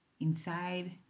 inside